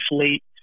Fleet